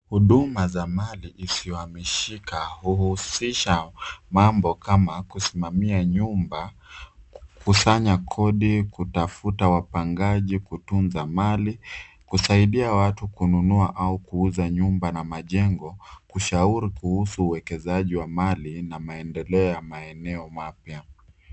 Huduma ya mali isiyohamishika huhusisha mambo kama kusimamia nyumba, kusanya kodi, kutafuta wapangaji, kutunza mali, kusaidia watu kununua au kuuza nyumba na majengo , kushauri kuhusu uwekezaji wa mali na maendeleo ya maeneo mapya.